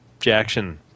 Jackson